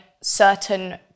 certain